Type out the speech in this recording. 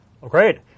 Great